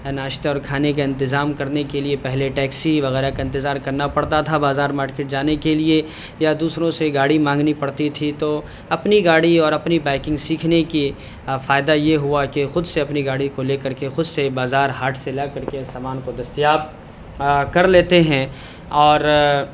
ناشتہ اور کھانے کا انتظام کرنے کے لیے پہلے ٹیکسی وغیرہ کا انتظار کرنا پڑتا تھا بازار مارکیٹ جانے کے لیے یا دوسروں سے گاڑی مانگنی پڑتی تھی تو اپنی گاڑی اور اپنی بائکنگ سیکھنے کی فائدہ یہ ہوا کہ خود سے اپنی گاڑی کو لے کر کے خود سے بازار ہاٹ سے لا کر کے سامان کو دستیاب کر لیتے ہیں اور